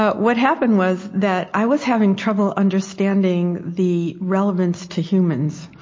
but what happened was that i was having trouble understanding the relevance to humans,